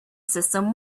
system